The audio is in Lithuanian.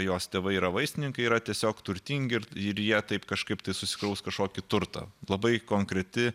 jos tėvai yra vaistininkai yra tiesiog turtingi ir ir jie taip kažkaip tai susikraus kažkokį turtą labai konkreti